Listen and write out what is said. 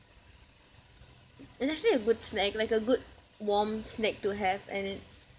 it's actually a good snack like a good warm snack to have and it's